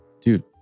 dude